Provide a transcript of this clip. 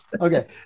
Okay